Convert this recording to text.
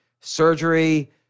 surgery